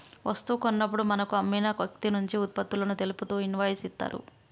వస్తువు కొన్నప్పుడు మనకు అమ్మిన వ్యక్తినుంచి వుత్పత్తులను తెలుపుతూ ఇన్వాయిస్ ఇత్తరు